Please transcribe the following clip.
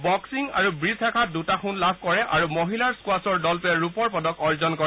boxing আৰু ৱীজ শাখাত দুটা সোণ লাভ কৰে আৰু মহিলাৰ স্কোৱাচৰ দলটোৱে ৰূপৰ পদক অৰ্জন কৰে